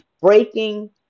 breaking